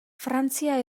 frantzia